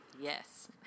Yes